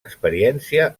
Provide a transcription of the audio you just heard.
experiència